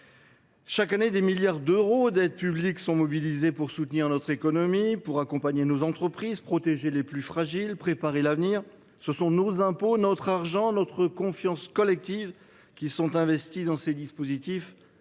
Chaque année, des milliards d’euros d’aides publiques sont mobilisés pour soutenir notre économie, accompagner nos entreprises, protéger les plus fragiles et préparer l’avenir. Ce sont nos impôts, notre argent, notre confiance collective qui sont investis dans ces dispositifs.